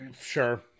Sure